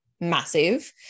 massive